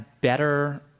better